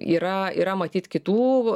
yra yra matyt kitų